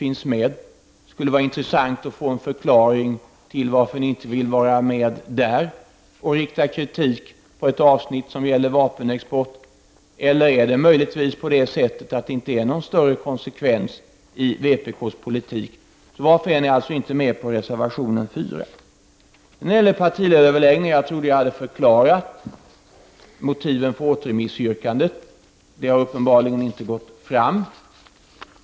Det skulle vara intressant att få en förklaring till varför ni inte vill vara med och stödja den och rikta kritik inom ett avsnitt som gäller vapenexport. Eller är det möjligtvis på det sättet att det inte finns någon konsekvens i vpk:s politik? Varför är ni inte med på reservation 4? När det gäller partiledaröverläggningar trodde jag att jag hade förklarat motiven bakom återremissyrkandet. Det har uppenbarligen inte gått fram.